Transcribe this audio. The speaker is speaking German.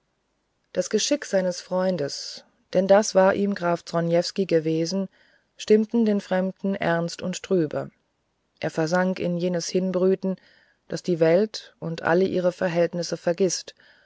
das geschick seines freundes denn das war ihm graf zronievsky gewesen stimmte den fremden ernst und trübe er versank in jenes hinbrüten das die welt und alle ihre verhältnisse vergißt